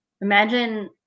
Imagine